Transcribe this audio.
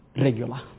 regular